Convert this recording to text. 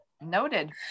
Noted